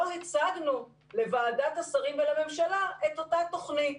לא הצגנו לוועדת השרים ולממשלה את אותה תוכנית.